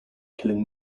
killing